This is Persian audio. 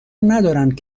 ندارند